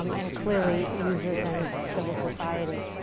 um and clearly users and civil society.